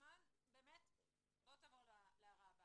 ואני מבין שזה בירוקרטיה להגיע לוועדה,